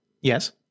Yes